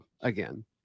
again